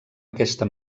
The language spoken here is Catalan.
aquesta